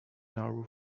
nauru